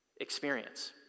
experience